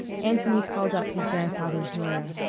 anthony called up his grandfather's lawyer.